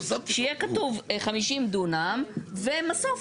שיהיה כתוב 50 דונם ומסוף.